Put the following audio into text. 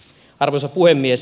arvoisa puhemies